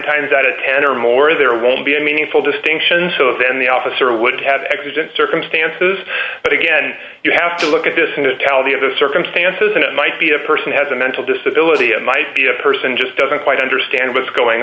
times out of ten or more there won't be a meaningful distinction so then the officer would have exigent circumstances but again you have to look at this in a tally of the circumstances and it might be a person has a mental disability and might be a person just doesn't quite understand what's going